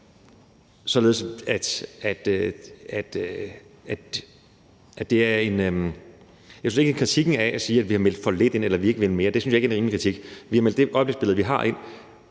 omkring. Jeg synes ikke, at kritikken af, at vi har meldt for lidt ind, eller at vi ikke vil mere, er en rimelig kritik. Vi har meldt det øjebliksbillede, vi har, ind,